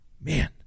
Man